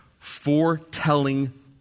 foretelling